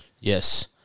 Yes